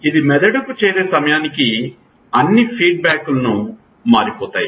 ఇది మెదడుకు చేరే సమయానికి అన్ని ఫీడ్ బ్యాక్ స్ మారిపోయాయి